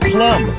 Plum